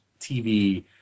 TV